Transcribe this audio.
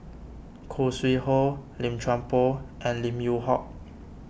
Khoo Sui Hoe Lim Chuan Poh and Lim Yew Hock